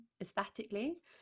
aesthetically